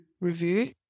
review